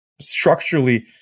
structurally